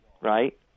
right